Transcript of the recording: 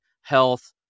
Health